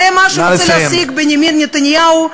זה מה שרוצה בנימין נתניהו להשיג.